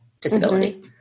disability